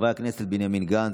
חברי הכנסת בנימין גנץ,